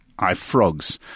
iFrogs